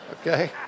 Okay